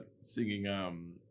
singing